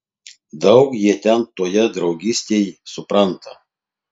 daug jie ten toje draugystėj supranta